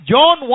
John